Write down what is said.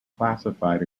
classified